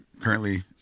currently